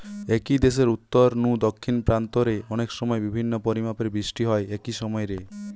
একই দেশের উত্তর নু দক্ষিণ প্রান্ত রে অনেকসময় বিভিন্ন পরিমাণের বৃষ্টি হয় একই সময় রে